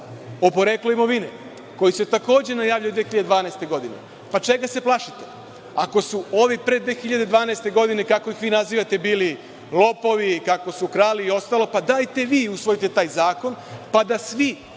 o poreklu imovine koji je takođe najavljen 2012. godine. Čega se plašite? Ako su ovi pre 2012. godine, kako ih vi nazivate, bili lopovi, kako su krali i ostalo, dajte vi usvojite taj zakon, pa da svi,